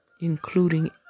including